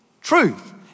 truth